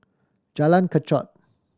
Jalan Kechot